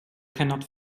cannot